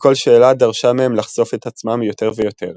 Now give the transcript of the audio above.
וכל שאלה דרשה מהם לחשוף את עצמם יותר ויותר.